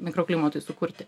mikroklimatui sukurti